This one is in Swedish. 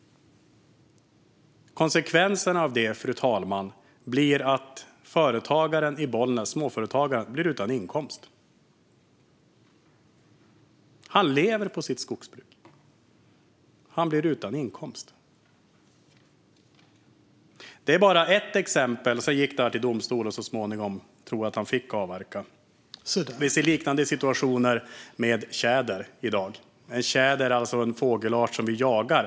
Konsekvensen av detta, fru talman, blir att småföretagaren i Bollnäs blir utan inkomst. Han lever på sitt skogsbruk och blir utan inkomst. Detta gick till domstol, och jag tror att han så småningom fick avverka. Detta är bara ett exempel. Vi ser liknande situationer med tjäder. Tjäder är alltså en fågelart som vi jagar.